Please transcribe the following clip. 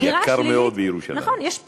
יקר מאוד בירושלים.